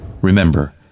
Remember